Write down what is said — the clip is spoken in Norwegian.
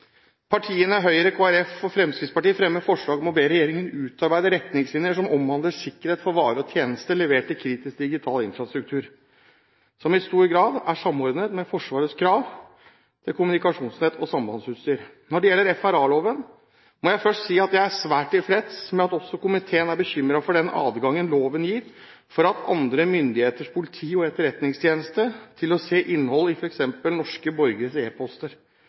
Partiene Høyre, Kristelig Folkeparti og Fremskrittspartiet fremmer forslag om å be regjeringen utarbeide retningslinjer som omhandler sikkerhet for varer og tjenester levert til kritisk digital infrastruktur, som i stor grad er samordnet med Forsvarets krav til kommunikasjonsnett og sambandsutstyr. Når det gjelder FRA-loven, må jeg først si at jeg er svært tilfreds med at også komiteen er bekymret for den adgangen loven gir andre myndigheters politi og etterretningstjeneste til å se innhold i f.eks. norske borgeres